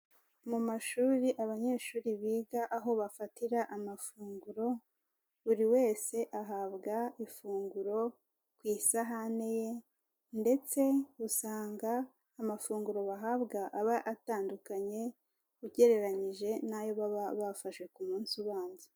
Mu mashuri abanyeshuri biga aho bafatira amafunguro, buri wese ahabwa ifunguro ku isahane ye ndetse usanga amafunguro bahabwa aba atandukanye ugereranyije n'ayo baba bafashe ku munsi ubanza.